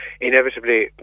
inevitably